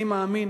אני מאמין